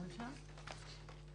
הממשלה.